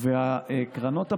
והקרנות הפרטיות,